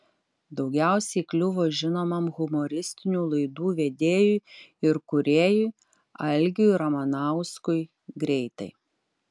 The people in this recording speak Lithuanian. daugiausiai kliuvo žinomam humoristinių laidų vedėjui ir kūrėjui algiui ramanauskui greitai